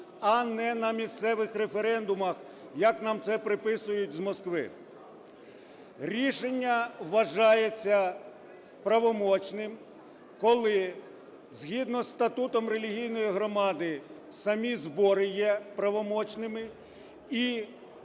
а не на місцевих референдумах, як нам це приписують з Москви. Рішення вважається правомочним, коли згідно із статутом релігійної громади самі збори є правомочними, і